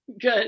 good